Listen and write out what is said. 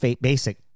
basic